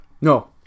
No